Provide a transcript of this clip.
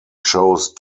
chose